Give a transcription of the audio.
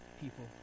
people